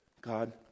God